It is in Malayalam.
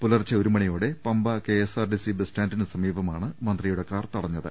പുലർച്ചെ ഒരു മണിയോടെ പമ്പ കെഎസ്ആർടിസി ബസ് സ്റ്റാന്റിന് സമീപമാണ് മന്ത്രിയുടെ കാർ തടഞ്ഞത്